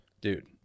Dude